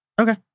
Okay